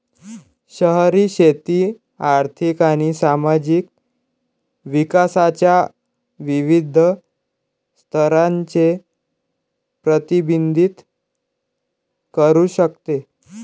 शहरी शेती आर्थिक आणि सामाजिक विकासाच्या विविध स्तरांचे प्रतिबिंबित करू शकते